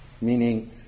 meaning